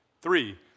Three